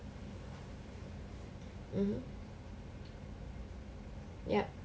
mmhmm yup